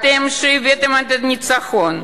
אתם שהבאתם את הניצחון,